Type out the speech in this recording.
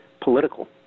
political